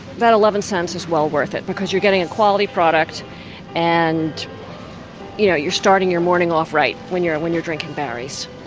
that eleven cents is well worth it, because you're getting a quality product and you know you're starting your morning off right when you're and when you're drinking barry's,